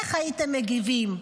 איך הייתם מגיבים?